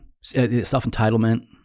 Self-entitlement